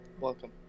Welcome